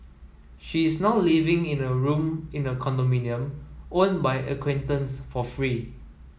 she is now living in a room in a condominium own by acquaintance for free